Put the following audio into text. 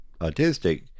autistic